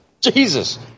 Jesus